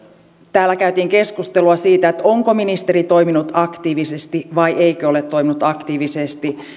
täällä käytiin keskustelua siitä onko ministeri toiminut aktiivisesti vai eikö ole toiminut aktiivisesti